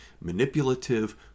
manipulative